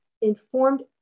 informed